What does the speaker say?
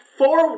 four